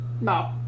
no